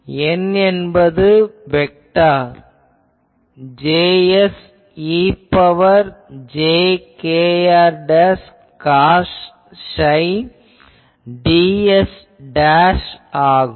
இந்த N என்பது vector இது Js e ன் power j kr cos psi ds ஆகும்